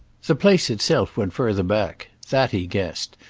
the place itself went further back that he guessed,